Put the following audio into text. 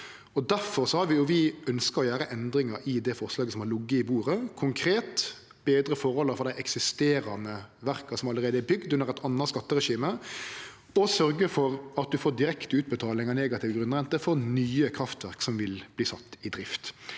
Difor har vi ønskt å gjere endringar i det forslaget som har lege på bordet, konkret ved å betre forholda for dei eksisterande verka som allereie er bygde under eit anna skatteregime, og å sørgje for at ein får direkte utbetaling av negativ grunnrente for nye kraftverk som vil verte sette i drift.